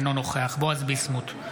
אינו נוכח בועז ביסמוט,